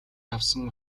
явсан